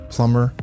Plumber